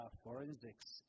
forensics